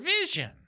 vision